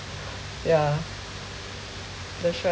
yeah that's right